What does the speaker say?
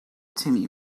timmy